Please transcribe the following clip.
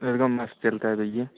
एकदम मस्त चलता है भैया